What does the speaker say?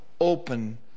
open